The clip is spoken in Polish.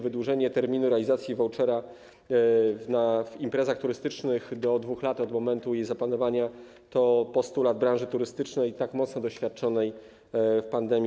Wydłużenie terminu realizacji vouchera na imprezach turystycznych do 2 lat od momentu ich zaplanowania to postulat branży turystycznej, tak mocno doświadczonej w pandemii.